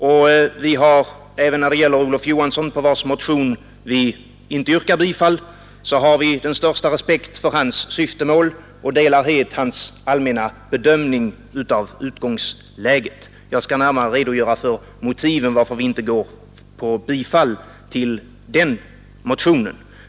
Även om vi inte yrkar bifall till Olof Johanssons motion har vi den största respekt för hans syftemål och delar helt hans allmänna bedömning av utgångsläget; jag skall strax närmare redogöra för motiven till att vi inte yrkar bifall till den motionen.